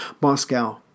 Moscow